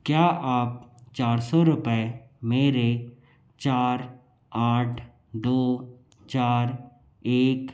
क्या आप चार सौ रुपए मेरे चार आठ दो चार एक